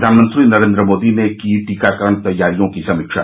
प्रधानमंत्री नरेन्द्र मोदी ने की टीकाकरण तैयारियों की समीक्षा